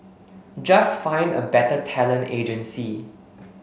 just find a better talent agency